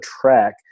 track